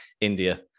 india